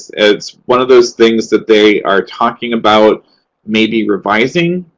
it's one of those things that they are talking about maybe revising,